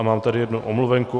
Mám tady jednu omluvenku.